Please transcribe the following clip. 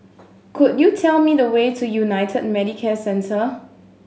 could you tell me the way to United Medicare Centre